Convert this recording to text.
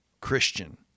Christian